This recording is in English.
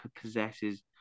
possesses